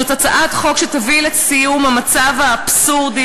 זאת הצעת חוק שתביא לסיום המצב האבסורדי